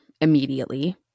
immediately